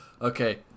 Okay